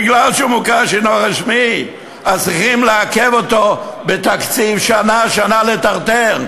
מפני שהוא מוכר שאינו רשמי צריכים לעכב אותו בתקציב שנה-שנה ולטרטר?